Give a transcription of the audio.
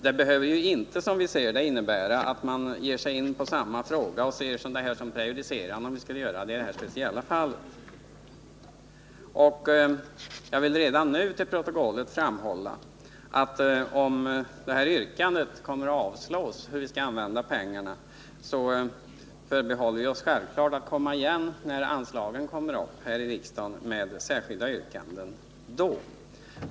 Det behöver inte, som vi ser det, vara prejudicerande att använda den här metoden i det här speciella fallet. Jag vill redan nu till protokollet framhålla att vi, om vårt yrkande om hur man skall använda pengarna avslås, självfallet förbehåller oss rätten att komma igen när resp. anslag kommer upp till behandling här i riksdagen.